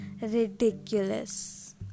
ridiculous